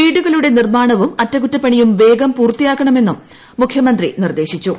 വീടുകളുടെ നിർമാണവും അറ്റകുറ്റപ്പണിയും വേഗം പൂർത്തിയാക്കണമെന്നു മുഖ്യമന്ത്രി നിർദേശ്ശിച്ചു